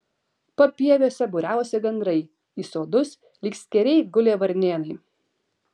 papieviuose būriavosi gandrai į sodus lyg skėriai gulė varnėnai